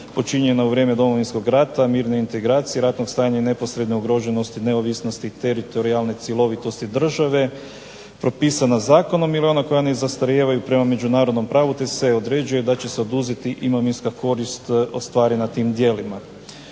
počinjena u vrijeme Domovinskog rata, mirne reintegracije ratnog stanja neposredne ugroženosti neovisnosti teritorijalne cjelovitosti države propisana zakonom i ona koja ne zastarijevaju prema međunarodnom pravu te se određuje da će se oduzeti imovinska korist ostvarena tim djelima.